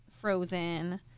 Frozen